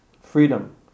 Freedom